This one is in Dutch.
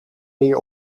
meer